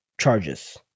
charges